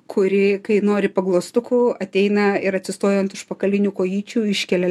kuri kai nori paglastukų ateina ir atsistoja ant užpakalinių kojyčių iškėlia